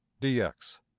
dx